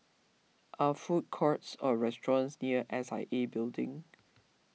are food courts or restaurants near S I A Building